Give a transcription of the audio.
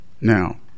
now